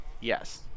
yes